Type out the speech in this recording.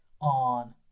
on